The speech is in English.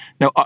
Now